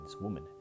Woman